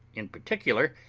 in particular,